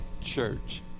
church